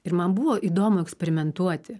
ir man buvo įdomu eksperimentuoti